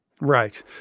Right